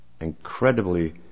incredibly